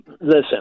listen